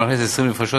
שמאכלס 20 נפשות,